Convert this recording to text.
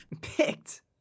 Picked